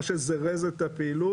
מה שזירז את הפעילות,